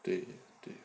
对对